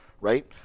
right